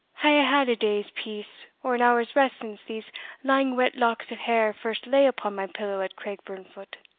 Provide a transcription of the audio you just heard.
hae i had a day's peace or an hour's rest since these lang wet locks of hair first lay upon my pillow at craigburnfoot